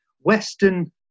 Western